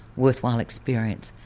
worthwhile experience,